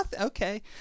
Okay